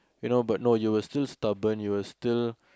you know but now you were still stubborn you were still